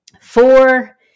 Four